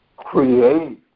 create